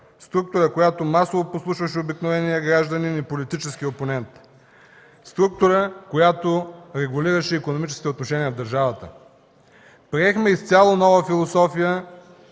Структура, която масово подслушваше обикновения гражданин и политически опоненти. Структура, която регулираше икономическите отношения в държавата. Приехме изцяло нова философия.